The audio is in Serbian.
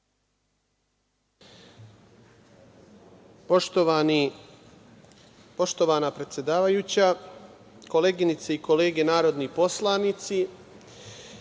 Poštovana predsedavajuća, koleginice i kolege narodni poslanici,